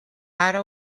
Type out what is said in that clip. ara